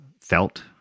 felt